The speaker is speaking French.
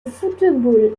football